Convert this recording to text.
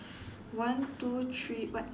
one two three but